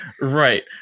Right